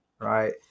right